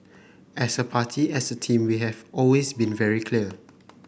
as a party as a team we have always been very clear